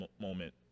moment